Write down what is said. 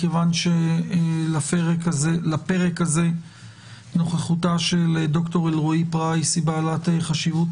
מכיוון שלפרק הזה נוכחותה של ד"ר אלרעי פרייס בעלת חשיבות